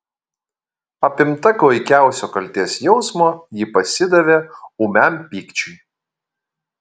apimta klaikiausio kaltės jausmo ji pasidavė ūmiam pykčiui